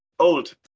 Old